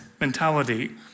mentality